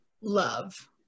love